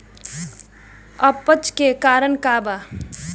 अपच के का कारण बा?